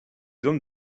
hommes